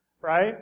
right